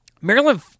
Maryland